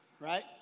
right